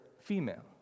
female